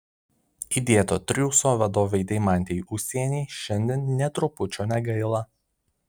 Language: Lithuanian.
įdėto triūso vadovei deimantei ūsienei šiandien nė trupučio negaila